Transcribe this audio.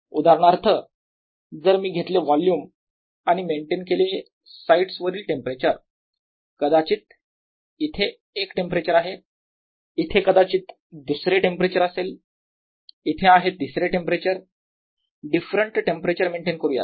उदाहरणार्थ जर मी घेतले वोल्युम आणि मेंटेन केलं साइट्सवरील टेंपरेचर कदाचित इथे एक टेंपरेचर आहे इथे कदाचित दुसरे टेंपरेचर असेल इथे आहे तिसरे टेंपरेचर डिफरंट टेंपरेचर मेंटेन करूयात